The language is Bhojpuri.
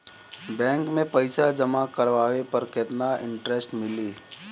बैंक में पईसा जमा करवाये पर केतना इन्टरेस्ट मिली?